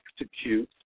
execute